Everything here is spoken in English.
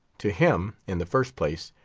to him, in the first place,